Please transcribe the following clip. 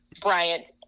Bryant